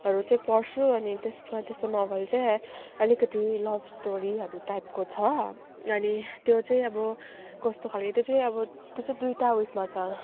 हरू चाहिँ पढ्छु अनि त्यस त्यस्तो नोभल चाहिँ अलिकति लभ स्टोरीहरू टाइपको छ अनि त्यो चाहिँ अब कस्तो खाले त्यो चाहिँ अब त्यो चाहिँ दुइवटा उसमा छ